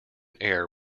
air